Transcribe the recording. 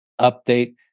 update